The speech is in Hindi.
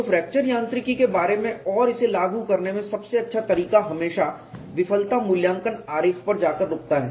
तो फ्रैक्चर यांत्रिकी के बारे में और उसे लागू करने में सबसे अच्छा तरीका हमेशा विफलता मूल्यांकन आरेख पर जाकर रुकता है